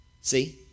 See